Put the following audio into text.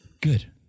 Good